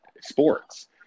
sports